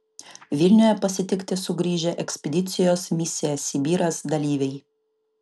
vilniuje pasitikti sugrįžę ekspedicijos misija sibiras dalyviai